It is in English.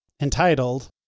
Entitled